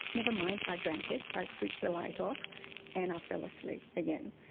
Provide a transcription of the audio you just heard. never mind, i drank it, i switched the light off and i fell asleep again.